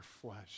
flesh